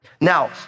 Now